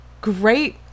great